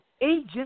agent